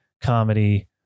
comedy